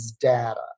data